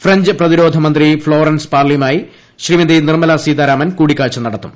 French പ്രിതിരോധ മന്ത്രി Florence പാർലിയുമായി ശ്രീമതി നിർമ്മല്ലി സ്ീതാരാമൻ കൂടിക്കാഴ്ച നട ത്തും